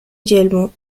yelmo